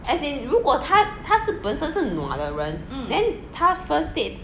as in 如果他他是本身是 nua 的人 then then 他 first date